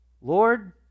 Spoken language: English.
Lord